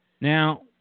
Now